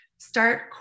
start